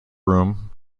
room